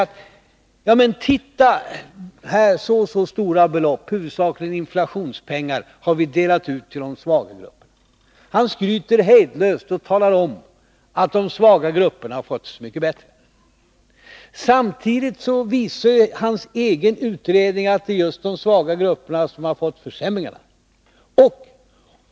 Han säger: Titta, så här stora belopp, huvudsakligen inflationspengar, har vi delat ut till de svaga grupperna. Han skryter hejdlöst och talar om att de svaga grupperna har fått det så mycket bättre. Samtidigt visar hans egen utredning att det just är de svaga grupperna som har fått försämringarna.